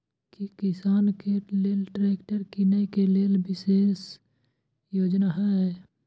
की किसान के लेल ट्रैक्टर कीनय के लेल विशेष योजना हय?